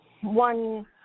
one